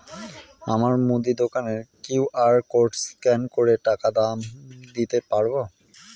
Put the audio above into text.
আমার মুদি দোকানের কিউ.আর কোড স্ক্যান করে টাকা দাম দিতে পারব?